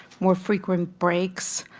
more frequent breaks,